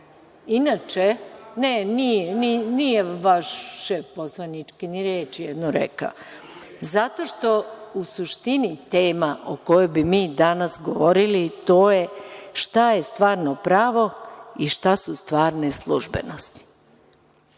Inače, ni vaš šef poslaničke nije ni reč rekao. Zato što u suštini tema o kojoj bi mi danas govorili to je šta je stvarno pravo i šta su stvarne službenosti.